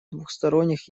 двусторонних